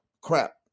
crap